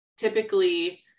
typically